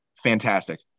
Fantastic